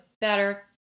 better